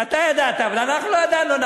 אתה ידעת, אבל אנחנו לא ידענו.